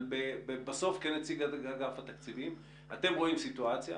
בסוף, כנציג אגף התקציבים אתם רואים סיטואציה.